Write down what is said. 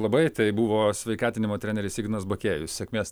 labai tai buvo sveikatinimo treneris ignas bakėjus sėkmės